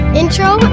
intro